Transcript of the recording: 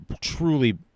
truly